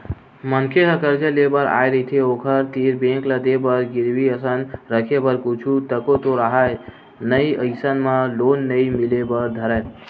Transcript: मनखे ह करजा लेय बर आय रहिथे ओखर तीर बेंक ल देय बर गिरवी असन रखे बर कुछु तको तो राहय नइ अइसन म लोन नइ मिले बर धरय